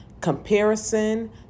comparison